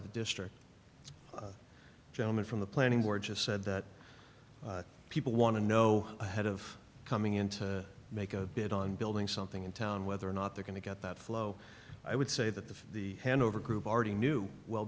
of the district gentleman from the planning board just said that people want to know ahead of coming in to make a bid on building something in town whether or not they're going to get that flow i would say that the the handover group already knew well